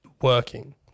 working